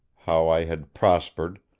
how i had prospered,